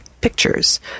pictures